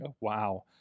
Wow